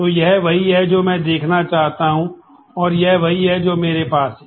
तो यह वही है जो मैं देखना चाहता हूं और यह वही है जो मेरे पास है